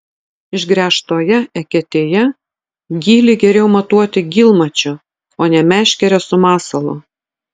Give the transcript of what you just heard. išgręžtoje eketėje gylį geriau matuoti gylmačiu o ne meškere su masalu